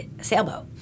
sailboat